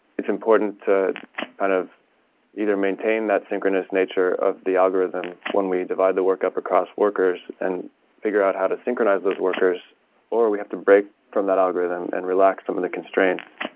it's important to kind of either maintain that synchronous nature of the algorithm when we divide the work up across workers and figure out how to synchronize those workers or we have to break from that algorithm and relax um of the constraints,